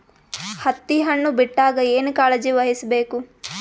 ಹತ್ತಿ ಹಣ್ಣು ಬಿಟ್ಟಾಗ ಏನ ಕಾಳಜಿ ವಹಿಸ ಬೇಕು?